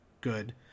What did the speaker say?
good